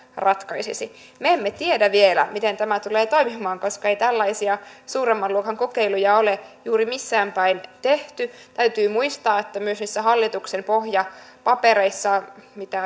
ratkaisisi me emme tiedä vielä miten tämä tulee toimimaan koska ei tällaisia suuremman luokan kokeiluja ole juuri missään päin tehty täytyy muistaa että niissä hallituksen pohjapapereissa mitä